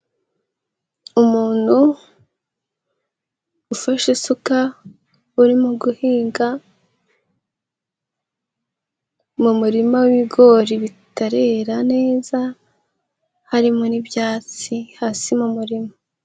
Umuntu ufashe isuka, urimo guhinga mu murima w'ibigori bitarera neza, harimo n'ibyatsi hasi mu murima.